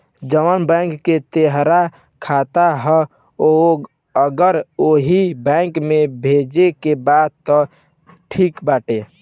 जवना बैंक के तोहार खाता ह अगर ओही बैंक में भेजे के बा तब त ठीक बाटे